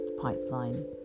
pipeline